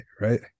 right